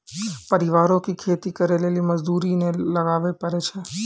परिवारो के खेती करे लेली मजदूरी नै लगाबै पड़ै छै